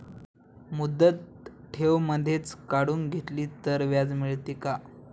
मुदत ठेव मधेच काढून घेतली तर व्याज मिळते का?